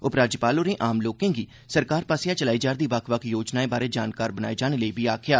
उपराज्यपाल होरें आम लोकें गी सरकार आसेआ चलाई जा'रदी बक्ख बक्ख योजनाएं बारै जानकार बनाए जाने लेई बी आखेआ